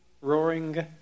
Roaring